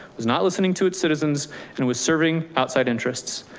was not listening to its citizens and was serving outside interests.